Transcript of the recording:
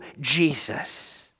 Jesus